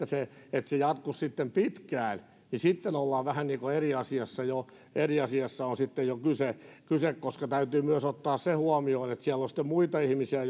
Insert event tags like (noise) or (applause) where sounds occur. (unintelligible) se että se jatkuisi pitkään sitten ollaan vähän niin kuin eri asiassa jo eri asiasta on sitten jo kyse kyse koska täytyy ottaa myös se huomioon että siellä on sitten muita ihmisiä (unintelligible)